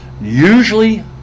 Usually